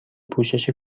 پوشش